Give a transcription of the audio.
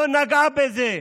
לא נגעה בזה,